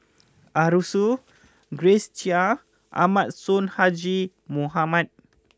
Arasu Grace Chia and Ahmad Sonhadji Mohamad